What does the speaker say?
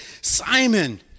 Simon